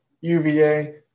UVA